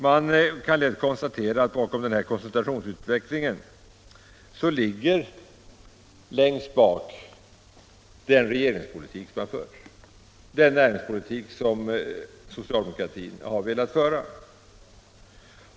Det kan lätt konstateras att bakom koncentrationsutvecklingen ligger i grunden den regeringspolitik som har förts, den näringspolitik som socialdemokratin har velat föra.